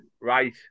Right